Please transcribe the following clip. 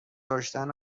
داشتن